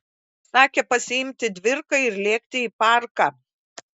sakė pasiimti dvirką ir lėkti į parką